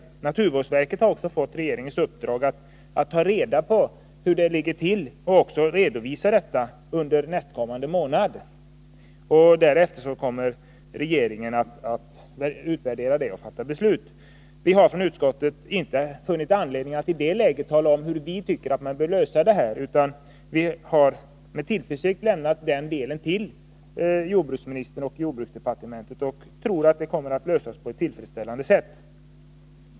Naturvårdsverket har fått regeringens uppdrag att ta reda på hur det ligger till och även att redovisa detta under nästkommande månad. Därefter kommer regeringen att utvärdera denna redovisning och lägga fram förslag för beslut. Vi har från utskottet inte funnit anledning att i det läget tala om hur vi tycker att man bör lösa dessa problem, utan vi har med tillförsikt lämnat den delen till jordbruksministern och jordbruksdepartementet och tror att frågan kommer att lösas på ett tillfredsställande sätt.